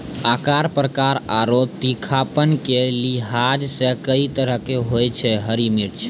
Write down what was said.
आकार, प्रकार आरो तीखापन के लिहाज सॅ कई तरह के होय छै हरी मिर्च